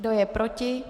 Kdo je proti?